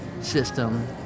system